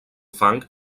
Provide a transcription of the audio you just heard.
fang